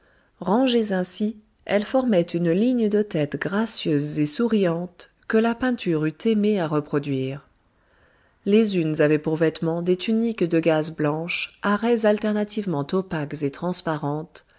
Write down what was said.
rangées ainsi elles formaient une ligne de têtes gracieuses et souriantes que la peinture eût aimé à reproduire les unes avaient pour vêtement des tuniques de gaze blanche à raies alternativement opaques et transparentes